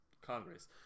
congress